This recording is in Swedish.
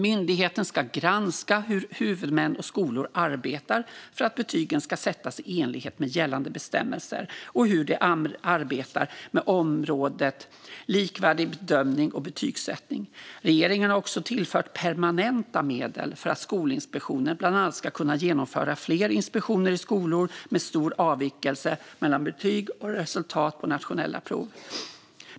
Myndigheten ska granska hur huvudmän och skolor arbetar för att betygen ska sättas i enlighet med gällande bestämmelser och hur de arbetar med området likvärdig bedömning och betygsättning. Regeringen har också tillfört permanenta medel för att Skolinspektionen bland annat ska kunna genomföra fler inspektioner i skolor med stor avvikelse mellan betyg och resultat på nationella prov.